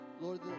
lord